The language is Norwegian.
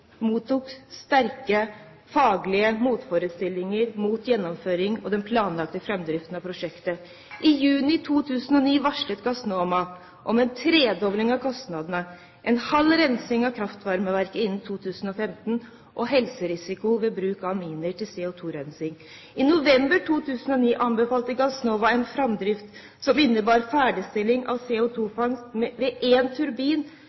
mottok sterke faglige motforestillinger mot gjennomføring og den planlagte framdriften av prosjektet. I juni 2009 varslet Gassnova om en tredobling av kostnadene, halv rensing av kraftvarmeverket innen 2015 og helserisiko ved bruk av aminer til CO2-rensing. I november 2009 anbefalte Gassnova en framdrift som innebar ferdigstilling av CO2-fangst ved én turbin